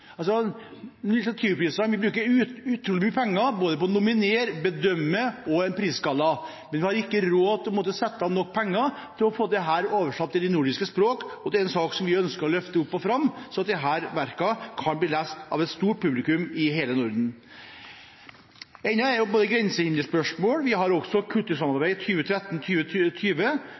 Vi bruker utrolig mye penger på å nominere, bedømme og på prisgallaen, men vi har ikke råd til å sette av nok penger til å få verkene oversatt til de nordiske språk. Dette er en sak vi ønsker å løfte fram, slik at disse verkene kan bli lest av et stort publikum i hele Norden. Vi har grensehinderspørsmål, vi har Nordisk ministerråds strategi for det nordiske kultursamarbeidet 2013–2020. Vi har